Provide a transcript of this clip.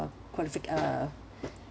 qualifi~ uh